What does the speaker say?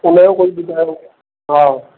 उनजो कुझु ॿुधायो हा